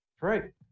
Right